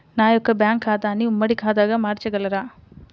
నా యొక్క బ్యాంకు ఖాతాని ఉమ్మడి ఖాతాగా మార్చగలరా?